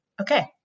okay